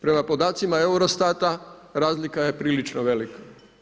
Prema podacima EUROSTAT-a razlika je prilično velika.